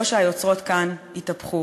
או שהיוצרות כאן התהפכו?